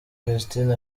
vestine